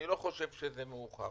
אני לא חושב שזה מאוחר.